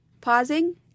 Pausing